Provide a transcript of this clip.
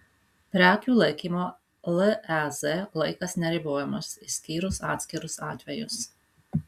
prekių laikymo lez laikas neribojamas išskyrus atskirus atvejus